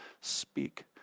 speak